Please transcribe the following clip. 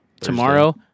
tomorrow